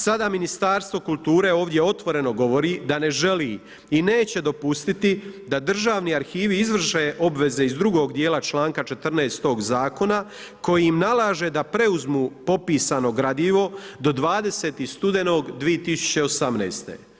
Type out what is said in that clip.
Sada Ministarstvo kulture ovdje otvoreno govori da ne želi i neće dopustiti da državni arhivi izvrše obveze iz drugog dijela članka 14. tog Zakona koji im nalaže da preuzmu popisano gradivo do 20. studenog 2018.